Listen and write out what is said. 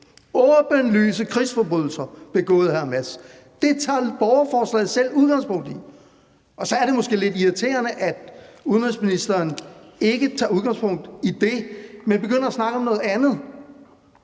åbenlyse krigsforbrydelser – begået af Hamas. Det tager borgerforslaget selv udgangspunkt i. Og så er det måske lidt irriterende, at udenrigsministeren ikke tager udgangspunkt i det, men begynder at snakke om noget andet.